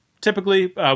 typically